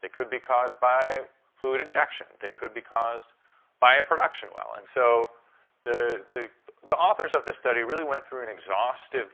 they could be caused by fluid injection. they could be caused by a production well. and so the the authors of the study really went through an exhaustive